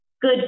good